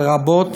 לרבות